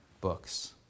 books